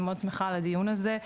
אני מאוד שמחה על הדיון הזה.